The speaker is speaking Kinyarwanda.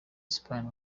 espagne